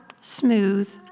smooth